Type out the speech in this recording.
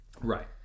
Right